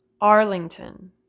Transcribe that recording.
Arlington